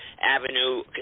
avenue